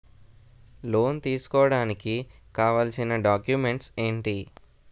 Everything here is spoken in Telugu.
లోన్ తీసుకోడానికి కావాల్సిన డాక్యుమెంట్స్ ఎంటి?